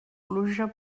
pluja